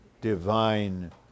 Divine